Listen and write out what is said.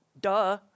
duh